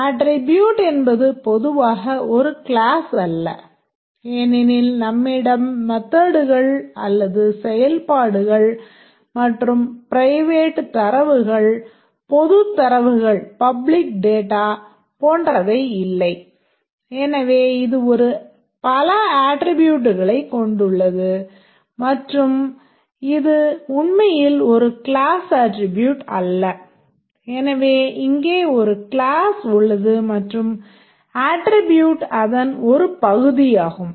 attribute என்பது பொதுவாக ஒரு க்ளாஸ் அல்ல ஏனெனில் நம்மிடம் மெத்தட்கள் க்ளாஸ்களாகும்